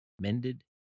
mended